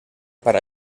para